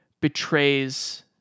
betrays